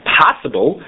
possible